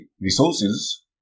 resources